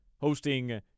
hosting